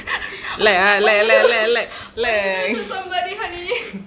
lek ah lek lek lek lek lek